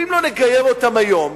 אם לא נגייר אותם היום,